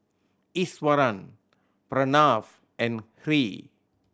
Iswaran Pranav and Three